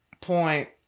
point